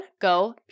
Go